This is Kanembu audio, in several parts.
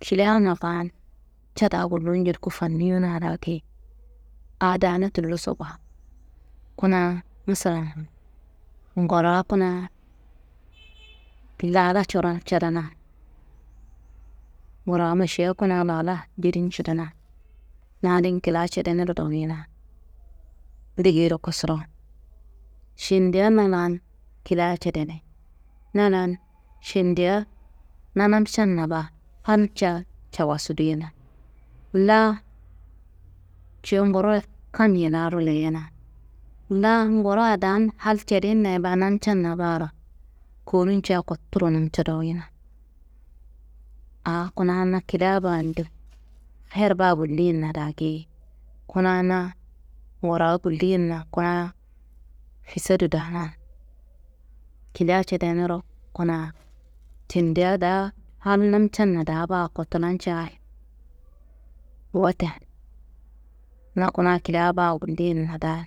KilIa na baan, cada gullu njoduku faniyona daa geyi, aa daana tulloso baa. Kuna masalan nguraá kuna lala coron cadana, nguraá mašiya kuna lala jedin cadana, nadin kilia cadeniro dowuyina ndegeyiro kosorowo, šendiya na laan kilia cedeni, na laan šendiya na namcenna baa, halnca cawasu duyena, laa cuyo nguro kammiye laaro leyena, laa ngura daan hal celinna ye baa, namcenna baaro kowurunca kotturo namca dowuyina, aa kuna na kilia baande her baa gullinna daa geyi. Kuna na nguraá gullinna kuna fisadu daanan, kilia cedeniro kuna tendiya daa hal namcan daa baa kotulancayi. Wote na kuna kilia baa gullinna daa,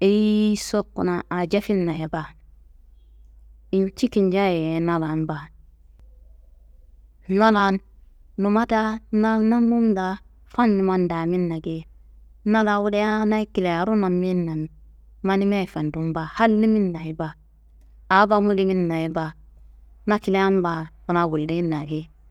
eyiyiso kuna aa jefinna ye baa, inci kinja ye na laan baa, na laan numma daa na namum daa fanuman daminna geyi, na laa wolianayi kiliaro naminnamin manimaye fandun baa, hal liminna ye baa, aa bamu liminna ye baa, na kilian baa kuna gullinna geyi.